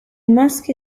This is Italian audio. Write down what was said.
maschi